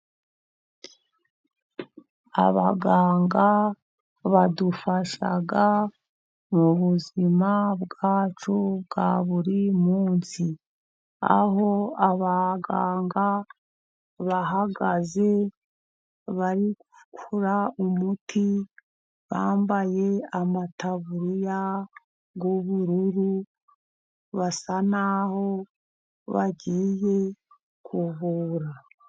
Abaganga badufasha mu buzima bwacu bwa buri munsi. Aho abaganga bahagaze, bari gukora umuti, bambaye amataburiya y'ubururu, basa n'aho bagiye kuvura.